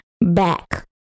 back